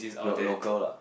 lo~ local lah